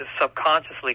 subconsciously